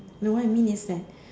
no I mean is that